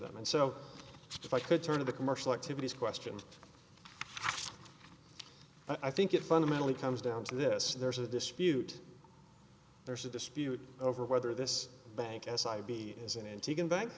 them and so if i could turn to the commercial activities question i think it fundamentally comes down to this there's a dispute there's a dispute over whether this bank as i be is an antique and bank